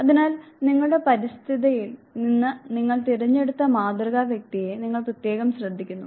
അതിനാൽ നിങ്ങളുടെ പരിതസ്ഥിതിയിൽ നിന്ന് നിങ്ങൾ തിരഞ്ഞെടുത്ത മാതൃകാ വ്യക്തിയെ നിങ്ങൾ പ്രത്യേകം ശ്രദ്ധിക്കുന്നു